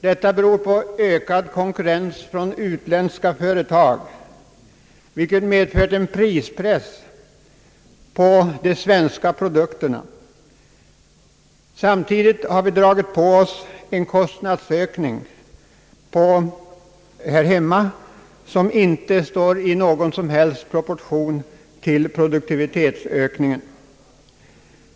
Detta beror på ökad konkurrens från utländska företag, vilket medfört en prispress för de svenska produkterna. Samtidigt har vi dragit på oss en kostnadsökning här hemma, som inte står i någon som helst proportion till pro duktionsökningen.